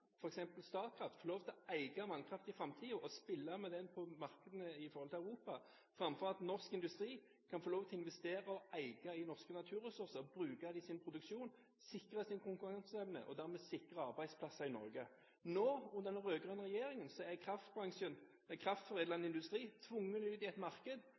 f.eks. Statkraft, få lov til å eie vannkraft i framtiden og spille med den vannkraften på markedene i Europa, framfor at norsk industri kan få lov til å investere i og eie norske naturressurser, bruke det i sin produksjon, sikre sin konkurranseevne og dermed sikre arbeidsplasser i Norge. Nå, under den rød-grønne regjeringen, er den kraftforedlende industri tvunget ut i et marked